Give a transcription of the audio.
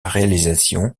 réalisation